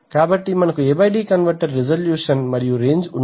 కాబట్టి మనకు A D converter resolution మరియు రేంజ్ ఉన్నాయి